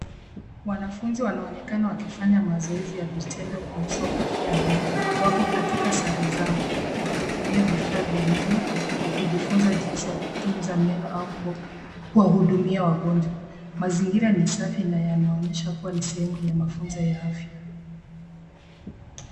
Wanafunzi wanaonekana wakifanya mazoezi ya vitendo kuhusu afya ya meno. Wako katika sare zao wakitumia vifaa vya meno, wakijifunza jinsi ya kutunza meno au kuwahudumia wagonjwa. Mazingira ni safi na yanaonyesha kuwa ni sehemu ya mafunzo ya afya.